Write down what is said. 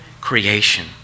creation